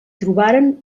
trobaren